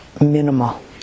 minimal